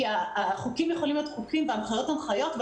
כי החוקים יכולים להיות חוקים וההנחיות יכולות להיות הנחיות אבל